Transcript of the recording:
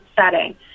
setting